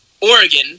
Oregon